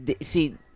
see